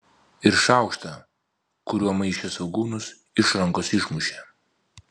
ir šaukštą kuriuo maišė svogūnus iš rankos išmušė